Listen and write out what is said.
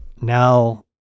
now